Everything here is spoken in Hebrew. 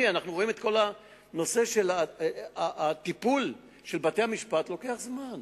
אנחנו רואים שהטיפול של בתי-המשפט לוקח זמן.